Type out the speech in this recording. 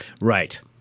Right